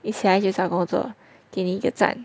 一起来就找工作我给你一个赞